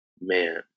man